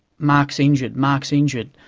mark's injured mark's injured,